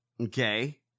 Okay